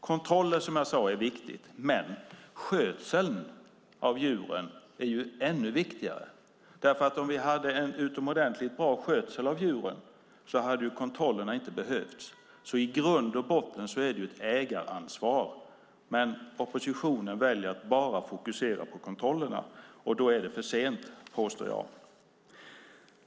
Kontroller är, som jag sade, viktigt. Men skötseln av djuren är ännu viktigare. Om vi hade en utomordentligt bra skötsel av djuren hade inte kontrollerna behövts. I grund och botten är det ett ägaransvar. Men oppositionen väljer att bara fokusera på kontrollerna. Då är det för sent, påstår jag.